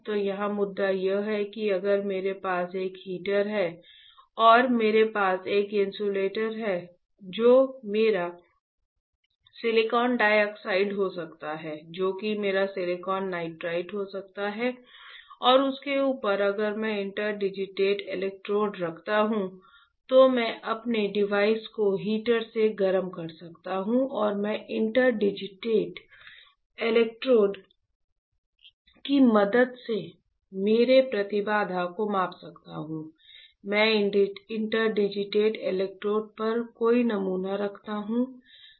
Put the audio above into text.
तो यहाँ मुद्दा यह है कि अगर मेरे पास एक हीटर है और मेरे पास एक इन्सुलेटर है जो मेरा सिलिकॉन डाइऑक्साइड हो सकता है जो कि मेरा सिलिकॉन नाइट्राइड हो सकता है और उसके ऊपर अगर मैं इंटरडिजिटेड इलेक्ट्रोड रखता हूं तो मैं अपने डिवाइस को हीटर से गर्म कर सकता हूं और मैं इंटरडिजिटेड इलेक्ट्रोड की मदद से मेरे प्रतिबाधा को माप सकते हैं मैं इंटरडिजिटेड इलेक्ट्रोड पर कोई नमूना रखता हूं